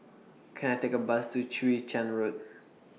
Can I Take A Bus to Chwee Chian Road